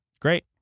Great